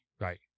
Right